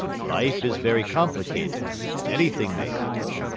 life is very complicated and anything may happen.